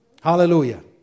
Hallelujah